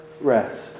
rest